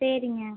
சரிங்க